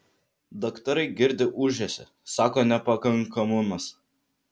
daktarai girdi ūžesį sako nepakankamumas